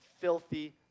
filthy